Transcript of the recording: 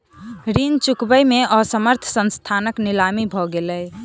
ऋण चुकबै में असमर्थ संस्थानक नीलामी भ गेलै